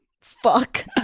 Fuck